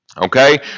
Okay